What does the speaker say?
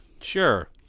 Sure